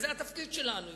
זה התפקיד שלנו.